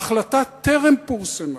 ההחלטה טרם פורסמה,